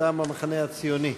מטעם המחנה הציוני.